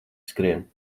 skrien